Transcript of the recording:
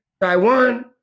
Taiwan